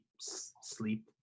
sleep